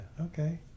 okay